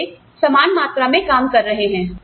तो वे समान मात्रा में काम कर रहे हैं